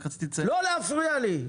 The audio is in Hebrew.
לא להפריע לי.